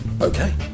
Okay